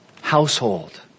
household